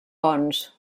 bons